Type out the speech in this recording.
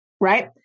right